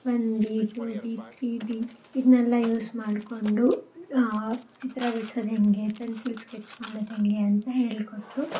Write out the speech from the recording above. one B two B three B ಇದ್ನೆಲ್ಲ use ಮಾಡಿಕೊಂಡು ಚಿತ್ರ ಬಿಡಿಸೋದು ಹೇಗೆ ಪೆನ್ಸಿಲ್ ಸ್ಕೆಚ್ ಮಾಡೋದು ಹೇಗೆ ಅಂತ ಹೇಳಿಕೊಟ್ರು